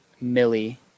Millie